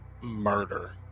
murder